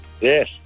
Yes